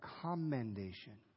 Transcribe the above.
commendation